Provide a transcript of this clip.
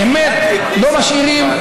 באמת, לא משאירים,